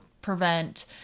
prevent